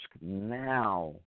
now